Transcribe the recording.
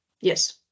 yes